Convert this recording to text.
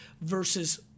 versus